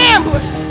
Ambush